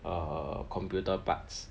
err computer parts